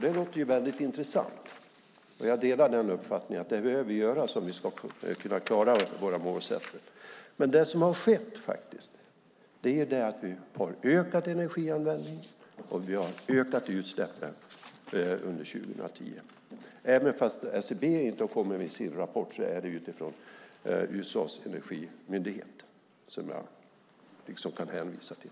Det låter väldigt intressant, och jag delar uppfattningen att det behöver göras om vi ska kunna klara våra målsättningar. Men det som har skett är att vi har ökat energianvändningen och ökat utsläppen under 2010. SCB har inte kommit med sin rapport. Det är USA:s energimyndighet som jag kan hänvisa till.